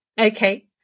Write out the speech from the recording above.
Okay